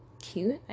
cute